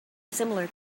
similar